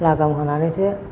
लागाम होनानैसो